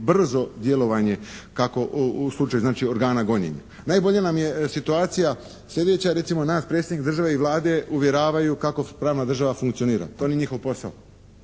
brzo djelovanje kako u slučaju znači organa gonjenja. Najbolje nam je situacija sljedeća. Recimo naš predstavnik države i Vlade uvjeravaju kako pravna država funkcionira. To nije njihov posao.